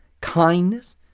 kindness